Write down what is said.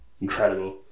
incredible